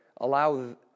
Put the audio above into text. allow